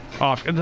off